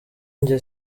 njye